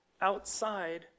outside